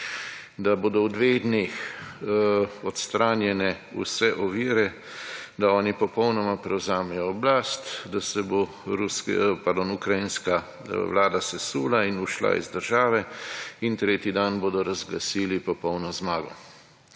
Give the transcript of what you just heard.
da bodo v dveh dneh odstranjene vse ovire, da oni popolnoma prevzamejo oblast, da se bo ukrajinska vlada sesula in odšla iz države in tretji dan bodo razglasili popolno zmago.